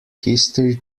history